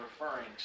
referring